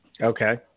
Okay